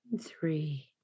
Three